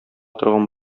торган